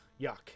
yuck